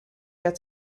get